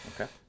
Okay